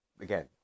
Again